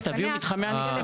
תביאו מתחמי ענישה.